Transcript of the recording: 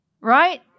Right